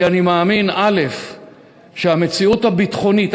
כי אני מאמין שהמציאות הביטחונית,